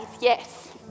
yes